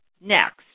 next